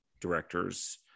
directors